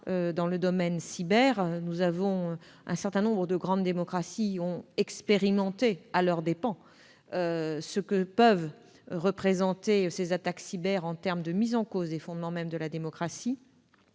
dans le domaine « cyber ». Un certain nombre de grandes démocraties ont expérimenté à leurs dépens la menace que peuvent représenter les cyberattaques en termes de mise en cause des fondements mêmes de la démocratie.